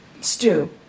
stew